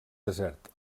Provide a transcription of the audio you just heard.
desert